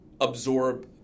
absorb